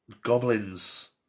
...Goblin's